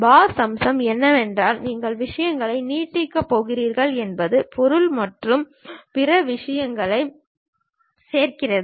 pass அம்சம் என்னவென்றால் நீங்கள் விஷயங்களை நீட்டிக்கப் போகிறீர்கள் என்பது பொருள் மற்றும் பிற விஷயங்களைச் சேர்க்கிறது